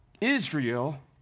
Israel